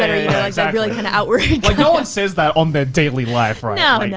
cetera. yeah like that really kinda outward. like, no one says that on their daily life, yeah but yeah